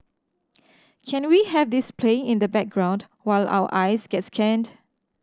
can we have this playing in the background while our eyes get scanned